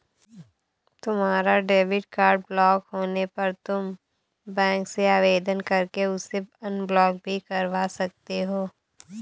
तुम्हारा debit card block होने पर तुम बैंक से आवेदन करके उसे अनब्लॉक भी करवा सकते हो